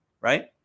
right